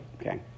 Okay